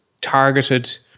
targeted